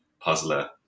puzzler